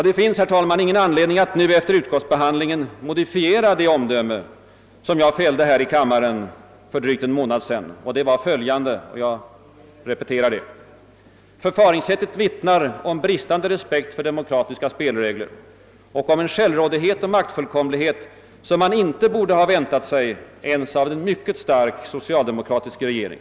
Det finns, herr talman, ingen anledning att nu efter utskottsbehandlingen modifiera det omdöme jag fällde här i kammaren för drygt en månad sedan: »Förfaringssättet vittnar om bristande respekt för demokratiska spelregler och om en självrådighet och maktfullkomlighet, som man inte borde ha kunnat vänta sig ens av en stark socialdemokratisk regering.